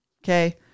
Okay